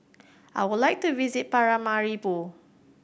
I would like to visit Paramaribo